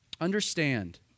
Understand